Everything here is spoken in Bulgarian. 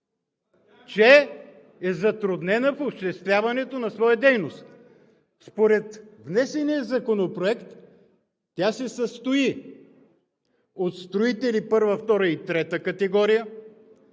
че е затруднена в осъществяването на своя дейност. Според внесения законопроект тя се състои от строители първа, втора и трета категория;